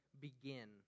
begin